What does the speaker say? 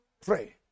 pray